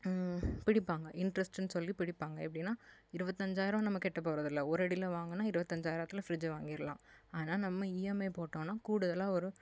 பிடிப்பாங்கள் இன்ட்ரெஸ்ட்டுன்னு சொல்லி பிடிப்பாங்கள் எப்படின்னா இருபத்தஞ்சாயிரம் நம்ம கெட்ட போகிறதில்ல ஓரடியில வாங்கினா இருபத்தஞ்சாயிரத்துல ஃப்ரிஜ்ஜை வாங்கிரடலாம் ஆனால் நம்ம இஎம்ஐ போட்டோம்னா கூடுதலாக ஒரு